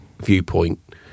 viewpoint